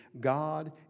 God